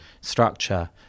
structure